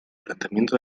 planteamiento